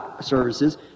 services